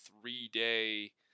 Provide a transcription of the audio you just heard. three-day